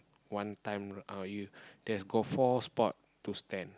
one time uh you there got four spot to stand